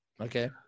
Okay